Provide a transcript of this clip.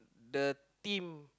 the team